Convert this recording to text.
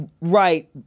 right